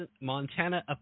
Montana